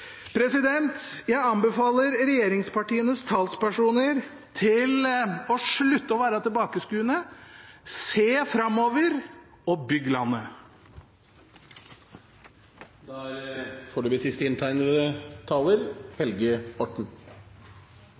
Jeg anbefaler regjeringspartienes talspersoner å slutte å være tilbakeskuende – se framover og bygg landet.